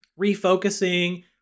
refocusing